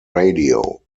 radio